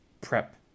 prep